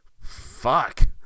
fuck